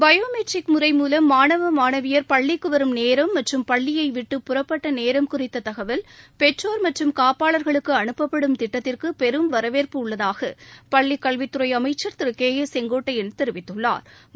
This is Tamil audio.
பயோ மெட்ரிக் முறை மூலம் மாணவ மாணவியர் பள்ளிக்கு வரும் நேரம் மற்றும் பள்ளியை விட்டு புறப்பட்ட நேரம் குறித்த தகவல் பெற்றோர் மற்றும் காப்பாளர்களுக்கு அனுப்பப்படும் திட்டத்திற்கு பெரும் வரவேற்பு உள்ளதாக பள்ளிக்கல்வித்துறை அமைச்சா் திரு கே ஏ செங்கோட்டையன் தெரிவித்துள்ளாா்